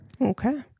Okay